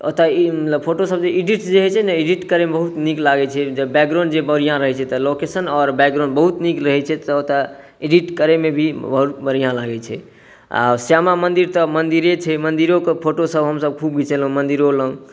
ओतय मतलब फोटो सब इडीट जे होइ छै ने इडीट करय मे बहुत नीक लागै छै बैकग्राउंड जे बढ़िऑं रहै छै तऽ लोकेशन आओर बैकग्राउंड बहुत नीक रहै छै तऽ ओतय इडीट करय मे भी बहुत बढ़िऑं लागै छै आ श्यामा मन्दिर तऽ मन्दिरे छै मन्दिरो के फोटो सब हमसब खुब घिचेलहॅं मन्दिरे लग